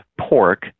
pork